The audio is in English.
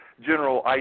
general